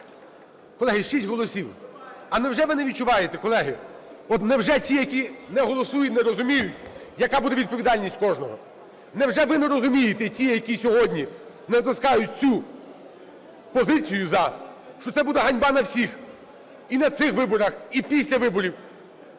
Колеги, 6 голосів. А невже ви не відчуваєте, колеги, от невже ті, які не голосують, не розуміють, яка буде відповідальність в кожного? Невже ви не розумієте, ті, які сьогодні не натискають цю позицію "за", що це буде ганьба на всіх і на цих виборах, і після виборів?